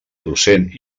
docent